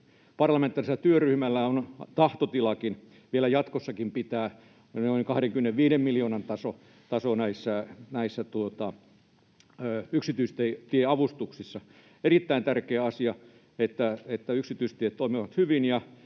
parlamentaarisella työryhmällä on tahtotila vielä jatkossakin pitää noin 25 miljoonan taso näissä yksityistieavustuksissa. On erittäin tärkeä asia, että yksityistiet toimivat hyvin